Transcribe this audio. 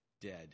dead